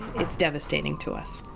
it's devastating to us.